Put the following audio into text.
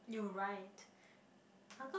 right